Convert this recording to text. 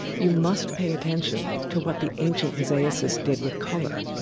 you must pay attention to what the ancient mosaicists did with color.